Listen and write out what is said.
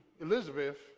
Elizabeth